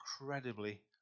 incredibly